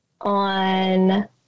on